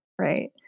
right